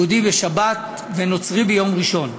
יהודי, בשבת, נוצרי, ביום ראשון,